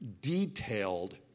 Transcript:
detailed